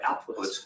outputs